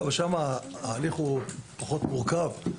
אבל שם ההליך פחות מורכב.